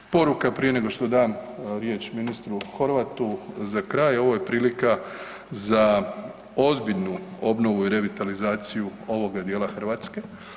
Poruka prije nego što dam riječ ministru Horvatu za kraj, ovo je prilika za ozbiljnu i revitalizaciju ovoga dijela Hrvatske.